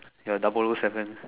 ya double o seven